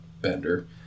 Bender